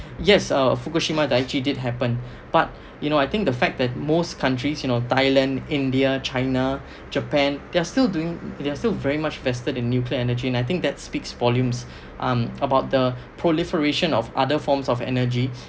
yes uh fukushima daiichi did happen but you know I think the fact that most countries you know thailand india china japan they are still doing they are still very much vested in nuclear energy and I think that speaks volumes um about the proliferation of other forms of energy